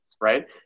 Right